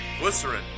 glycerin